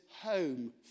Home